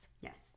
yes